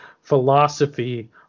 philosophy